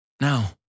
Now